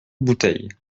bouteille